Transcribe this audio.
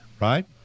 Right